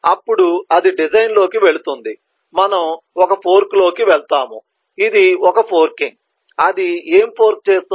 అప్పుడు అది డిజైన్ లోకి వెళుతుంది మనము ఒక ఫోర్క్ లోకి వెళ్తాము ఇది ఒక ఫోర్కింగ్ అది ఏమి ఫోర్క్ చేస్తుంది